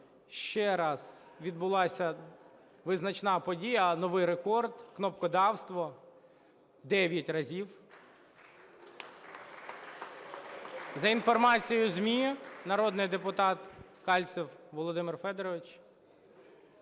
ще раз відбулася визначна подія, новий рекорд – кнопкодавство 9 разів. За інформацією ЗМІ, народний депутат Кальцев Володимир Федорович,